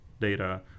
data